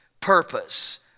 purpose